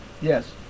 Yes